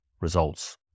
results